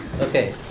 Okay